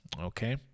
okay